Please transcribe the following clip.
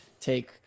take